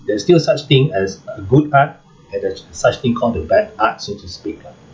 there's still such thing as uh good art and the such thing called the bad art so to speak lah